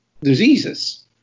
diseases